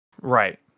Right